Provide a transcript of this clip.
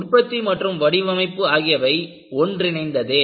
உற்பத்தி மற்றும் வடிவமைப்பு ஆகியவை ஒன்றிணைந்ததே